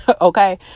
Okay